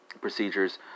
Procedures